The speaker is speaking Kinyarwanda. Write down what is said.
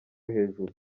hejuru